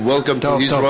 Knesset, welcome to Israel.